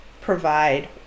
provide